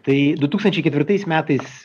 tai du tūkstančiai ketvirtais metais